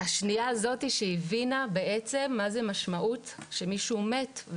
בשנייה הזאת היא הבינה מה המשמעות כשמישהו מת.